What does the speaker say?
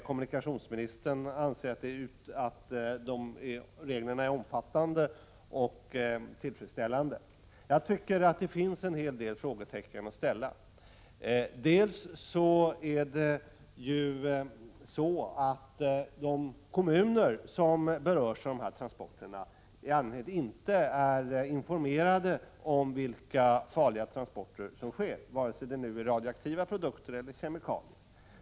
Kommunikationsministern anser att reglerna är omfattande och tillfredsställande. Jag tycker att det finns en hel del frågor att ställa. Först och främst är de kommuner som berörs av transporterna i allmänhet inte informerade om vilka farliga transporter som sker, vare sig det gäller radioaktiva produkter eller kemikalier.